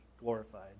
glorified